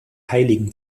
heiligen